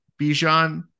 Bijan